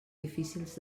difícils